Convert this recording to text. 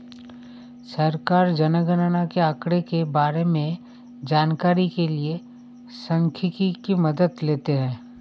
सरकार जनगणना के आंकड़ों के बारें में जानकारी के लिए सांख्यिकी की मदद लेते है